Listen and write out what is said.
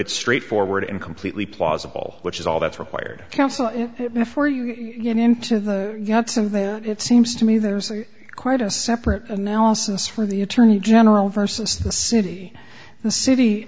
it's straightforward and completely plausible which is all that's required counsel it before you get into the you have to do that it seems to me there's a quite a separate analysis for the attorney general versus the city the city